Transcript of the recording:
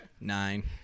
nine